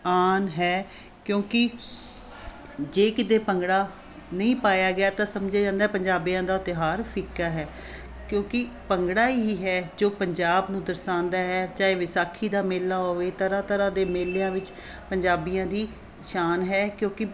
ਆਨ ਹੈ ਕਿਉਂਕਿ ਜੇ ਕਿਤੇ ਭੰਗੜਾ ਨਹੀਂ ਪਾਇਆ ਗਿਆ ਤਾਂ ਸਮਝਿਆ ਜਾਂਦਾ ਪੰਜਾਬੀਆਂ ਦਾ ਤਿਉਹਾਰ ਫਿੱਕਾ ਹੈ ਕਿਉਂਕਿ ਭੰਗੜਾ ਹੀ ਹੈ ਜੋ ਪੰਜਾਬ ਨੂੰ ਦਰਸਾਉਂਦਾ ਹੈ ਚਾਹੇ ਵਿਸਾਖੀ ਦਾ ਮੇਲਾ ਹੋਵੇ ਤਰ੍ਹਾਂ ਤਰ੍ਹਾਂ ਦੇ ਮੇਲਿਆਂ ਵਿੱਚ ਪੰਜਾਬੀਆਂ ਦੀ ਸ਼ਾਨ ਹੈ ਕਿਉਂਕਿ